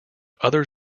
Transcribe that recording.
other